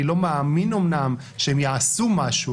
אני לא מאמין שהם יעשו משהו.